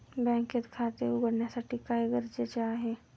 बँकेत खाते उघडण्यासाठी काय गरजेचे आहे?